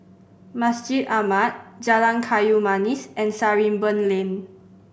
Masjid Ahmad Jalan Kayu Manis and Sarimbun Lane